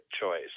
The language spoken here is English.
choice